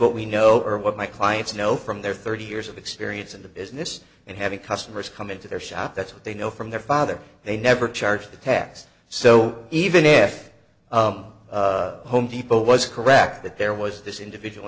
what we know or what my clients know from their thirty years of experience in the business and having customers come into their shop that's what they know from their father they never charge the tax so even if home depot was correct that there was this individual